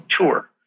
tour